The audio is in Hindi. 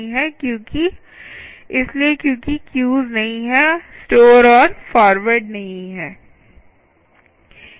इसलिए क्योंकि क्यूज़ नहीं हैं स्टोर और फॉरवर्ड नहीं है